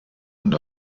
und